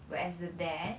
whereas there